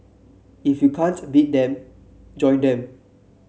if you can't beat them join them